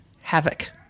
havoc